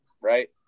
right